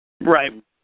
Right